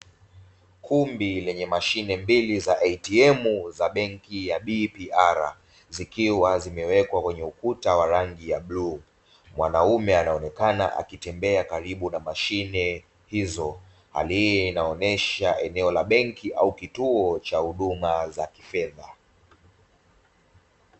Kumbi lenye mashine mbili za "ATM" za benki ya "bpr", zikiwa zimewekwa kwenye ukuta wa rangi ya buluu. Mwanaume anaonekana akiwa anatembea karibu na mashine hizo, hali hii inaonyesha eneo la benki au kituo cha huduma za kifedha.